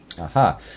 Aha